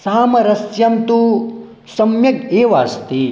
सामरस्यं तु सम्यक् एव अस्ति